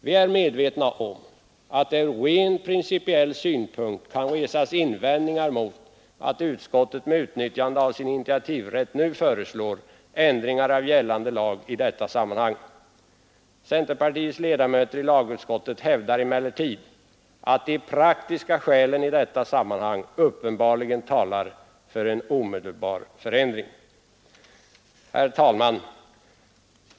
Vi är medvetna om att det från rent principiell synpunkt kan resas invändningar mot att utskottet med utnyttjande av sin initiativrätt nu föreslår ändringar av gällande lag i detta sammanhang. Centerpartiets ledamöter i lagutskottet hävdar emellertid att de praktiska skälen i detta fall uppenbarligen talar för en omedelbar förändring. Herr talman!